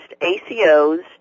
ACOs